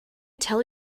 tell